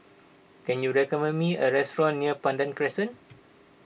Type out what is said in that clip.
can you recommend me a restaurant near Pandan Crescent